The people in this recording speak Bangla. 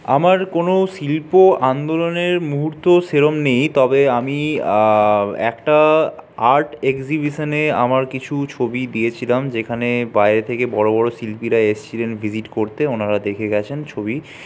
আমার কোনও শিল্প আন্দোলনের মুহূর্ত সেরকম নেই তবে আমি একটা আর্ট একজিবিশনে আমার কিছু ছবি দিয়েছিলাম যেখানে বাইরে থেকে বড়ো বড়ো শিল্পীরা এসছিলেন ভিজিট করতে ওনারা দেখে গেছেন ছবি